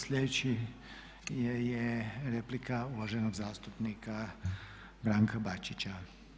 Sljedeći je replika uvaženog zastupnika Branka Bačića.